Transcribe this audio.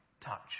touch